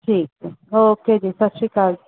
ਠੀਕ ਹੈ ਓਕੇ ਜੀ ਸਤਿ ਸ਼੍ਰੀ ਅਕਾਲ